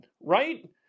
right